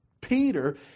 Peter